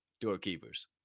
Doorkeepers